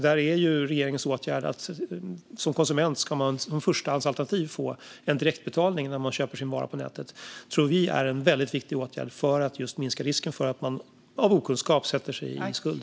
Där är regeringens åtgärd att man som konsument som förstahandsalternativ ska få direktbetalning när man köper sin vara på nätet. Det är en väldigt viktig åtgärd för att minska risken för att man av okunskap sätter sig i skuld.